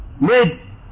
made